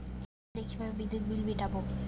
অনলাইনে কিভাবে বিদ্যুৎ বিল মেটাবো?